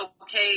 okay